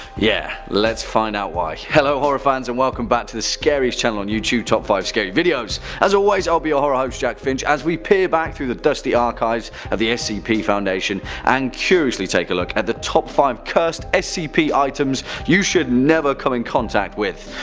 yeah let's find out why. hello horror fans, and welcome back to the scariest channel on youtube, top five scary videos. as always, i'll be your ah horror host jack finch as we peer back through the dusty archives of the scp foundation and curiously take a look at the top five cursed scp items you should never come in contact with.